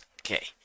okay